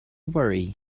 worry